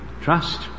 Trust